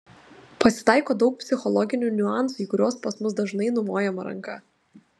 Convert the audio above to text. pasitaiko daug psichologinių niuansų į kuriuos pas mus dažnai numojama ranka